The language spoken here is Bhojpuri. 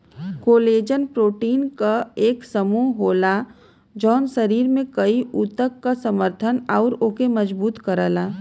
कोलेजन प्रोटीन क एक समूह होला जौन शरीर में कई ऊतक क समर्थन आउर ओके मजबूत करला